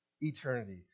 eternity